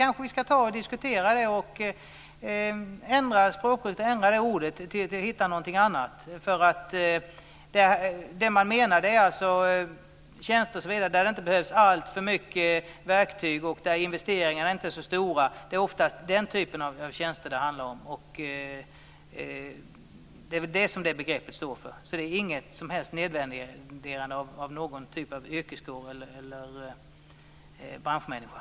Kanske ska vi diskutera det här begreppet och ändra språkbruket, dvs. hitta ett annat uttryckssätt. Vad som menas är tjänster osv. där det inte behövs alltför mycket verktyg och där investeringarna inte är så stora. Det är oftast den typen av tjänster som det handlar om. Det är väl det som begreppet i fråga står för. Det handlar alltså inte om någon som helst nedvärdering av någon typ av yrkesskrån eller branschmänniskor.